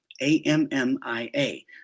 A-M-M-I-A